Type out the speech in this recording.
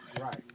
Right